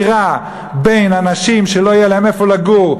שבבחירה בין השיטה של אנשים שלא יהיה להם איפה לגור,